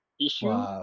issue